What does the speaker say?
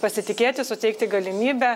pasitikėti suteikti galimybę